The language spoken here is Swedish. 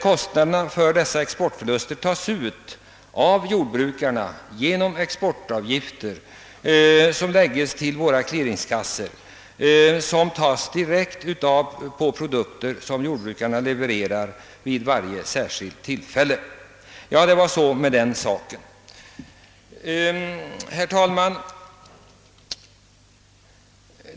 Kostnaderna för exportförlusterna debiteras jordbrukarna i form av exportavgifter som genom våra clearingkassor tas ut direkt av ersättningen för produkter som jordbrukarna levererar. Så var det med den saken.